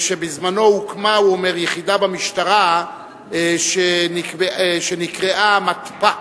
שבזמנו הוקמה יחידה במשטרה שנקראה מתפ"א,